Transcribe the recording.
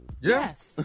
Yes